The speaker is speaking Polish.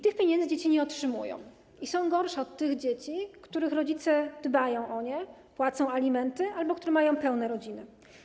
Tych pieniędzy dzieci nie otrzymują i są gorsze od tych dzieci, których rodzice dbają o nie, płacą alimenty albo które mają pełne rodziny.